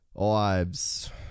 Ives